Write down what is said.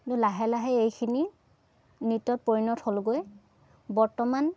লাহে লাহে এইখিনি নৃত্যত পৰিণত হ'লগৈ বৰ্তমান